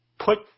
put